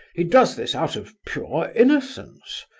he does this out of pure innocence.